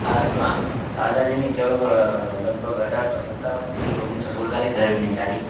ભારતમાં આઝાદીની ચળવળ લગભગ અઢારસો સત્તાવનથી ઓગણીસસો સુડતાળીસ દરમ્યાન ચાલી